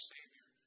Savior